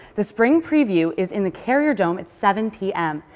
the spring preview is in the carrier dome at seven p m.